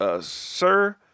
Sir